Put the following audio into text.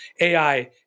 AI